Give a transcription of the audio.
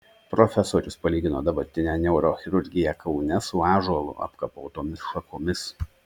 profesorius palygino dabartinę neurochirurgiją kaune su ąžuolu apkapotomis šakomis